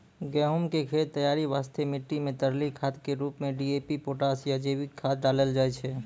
गहूम के खेत तैयारी वास्ते मिट्टी मे तरली खाद के रूप मे डी.ए.पी पोटास या जैविक खाद डालल जाय छै